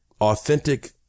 authentic